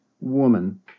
woman